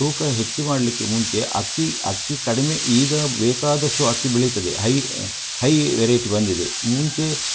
ತೂಕ ಹೆಚ್ಚು ಮಾಡಲಿಕ್ಕೆ ಮುಂಚೆ ಅಕ್ಕಿ ಅಕ್ಕಿ ಕಡಿಮೆ ಈಗ ಬೇಕಾದಷ್ಟು ಅಕ್ಕಿ ಬೆಳಿತದೆ ಹೈ ಹೈ ವೆರೈಟಿ ಬಂದಿದೆ ಮುಂಚೆ